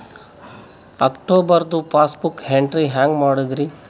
ಅಕ್ಟೋಬರ್ದು passbook entry ಹೆಂಗ್ ಮಾಡದ್ರಿ?